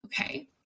Okay